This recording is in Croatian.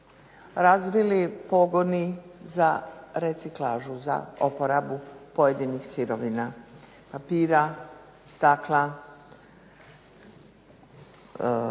razvili pogoni za reciklažu, za oporabu pojedinih sirovina, papira, stakla,